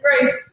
grace